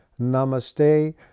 Namaste